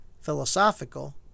philosophical